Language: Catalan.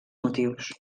motius